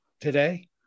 today